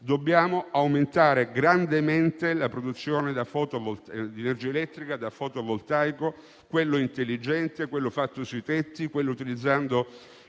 Dobbiamo aumentare grandemente la produzione di energia elettrica da fotovoltaico, quello intelligente, quello fatto sui tetti, quello che utilizza